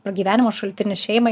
pragyvenimo šaltinis šeimai